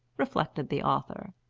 reflected the author.